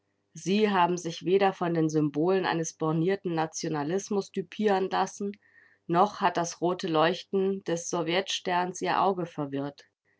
sie haben sich weder von den symbolen eines bornierten nationalismus düpieren lassen noch hat das rote leuchten des sowjetsterns ihr auge verwirrt